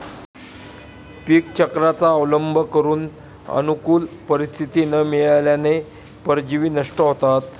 पीकचक्राचा अवलंब करून अनुकूल परिस्थिती न मिळाल्याने परजीवी नष्ट होतात